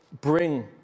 bring